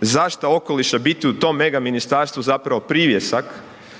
zaštita okoliša biti u tom mega ministarstvu zapravo privjesak,